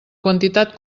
quantitat